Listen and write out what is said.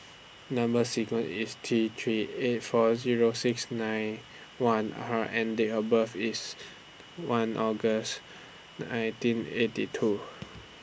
Number sequence IS T three eight four Zero six nine one R and Date of birth IS one August nineteen eighty two